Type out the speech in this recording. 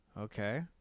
Okay